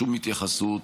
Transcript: לשום התייחסות,